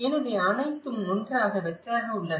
எனவே அனைத்தும் ஒன்றாக வெற்றாக உள்ளன